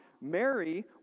Mary